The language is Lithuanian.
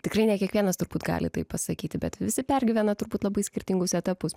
tikrai ne kiekvienas turbūt gali taip pasakyti bet visi pergyvena turbūt labai skirtingus etapus